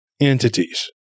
entities